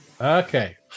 Okay